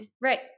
Right